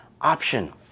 option